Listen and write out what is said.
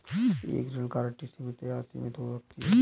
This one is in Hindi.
एक ऋण गारंटी सीमित या असीमित हो सकती है